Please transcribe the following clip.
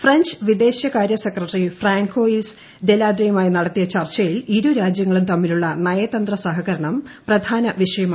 French വിദേശകാര്യസെക്രട്ടറി Francois ഡെലാട്രയുമായി നടത്തിയ ചർച്ചയിൽ ഇരു രാജ്യങ്ങളും തമ്മിലുള്ള നയതന്ത്ര സഹകരണം പ്രധാന വിഷയമായി